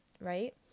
right